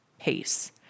pace